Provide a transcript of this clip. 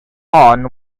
horn